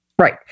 Right